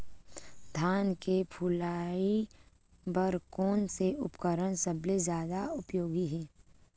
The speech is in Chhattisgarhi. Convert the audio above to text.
धान के फुनाई बर कोन से उपकरण सबले जादा उपयोगी हे?